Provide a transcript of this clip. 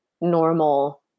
normal